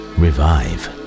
revive